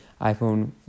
iPhone